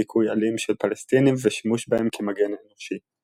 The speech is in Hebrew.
דיכוי אלים של פלסטינים ושימוש בהם כמגן אנושי.